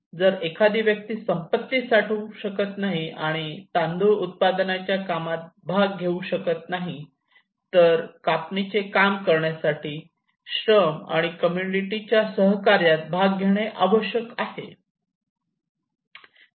जर एखादी व्यक्ती संपत्ती साठवू शकत नाही आणि तांदूळ उत्पादनाच्या कामात भाग घेऊ शकत नाही तर कापणीचे काम करण्यासाठी श्रम आणि कम्युनिटीच्या सहकार्यात भाग घेणे आवश्यक आहे